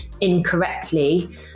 Incorrectly